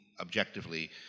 Objectively